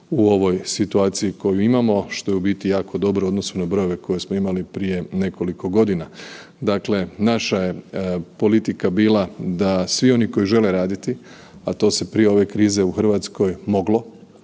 u ovoj situaciji koju imamo, što je u biti jako dobro u odnosu na brojeve koje smo imali prije nekoliko godina. Dakle, naša je politika bila da svi oni koji žele raditi, a to se prije ove krize u Hrvatskoj moglo,